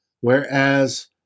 Whereas